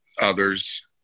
others